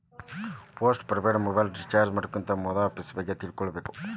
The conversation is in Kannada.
ಪೋಸ್ಟ್ ಪೇಯ್ಡ್ ಮೊಬೈಲ್ ರಿಚಾರ್ಜ್ ಮಾಡ್ಸೋಕ್ಕಿಂತ ಮೊದ್ಲಾ ಆಫರ್ಸ್ ಬಗ್ಗೆ ತಿಳ್ಕೊಂಡಿರ್ಬೇಕ್